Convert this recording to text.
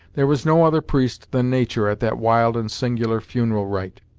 there was no other priest than nature at that wild and singular funeral rite.